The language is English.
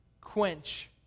quench